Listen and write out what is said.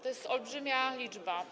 To jest olbrzymia liczba.